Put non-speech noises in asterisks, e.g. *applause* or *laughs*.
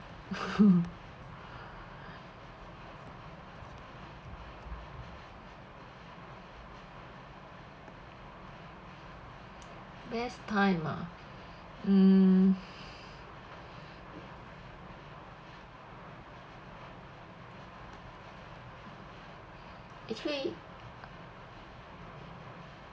*laughs* *breath* best time ah *breath* mm *breath* actually